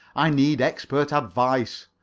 i need expert advice.